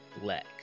black